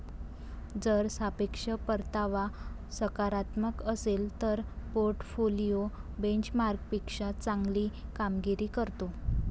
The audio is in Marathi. जर सापेक्ष परतावा सकारात्मक असेल तर पोर्टफोलिओ बेंचमार्कपेक्षा चांगली कामगिरी करतो